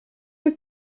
you